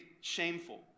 shameful